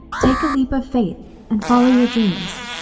take a leap of faith and follow your dreams.